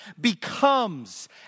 becomes